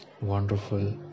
wonderful